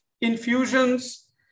infusions